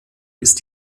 ist